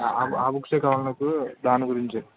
ఆ బుక్సే కావాలి నాకు దాని గురించే